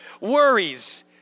Worries